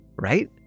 Right